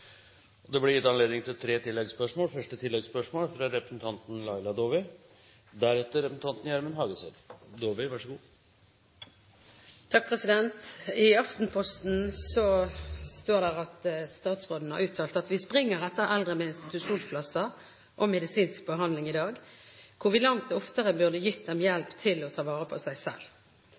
og sjølvstendig liv lenger. Det blir gitt anledning til tre oppfølgingsspørsmål – først Laila Dåvøy. I Aftenposten står det at statsråden har uttalt: «Vi springer etter eldre, med institusjonsplasser og medisinsk behandling, hvor vi langt oftere burde gitt dem hjelp til å ta vare på seg selv».